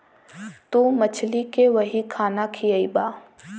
तू मछली के वही खाना खियइबा